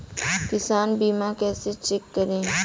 किसान बीमा कैसे चेक करें?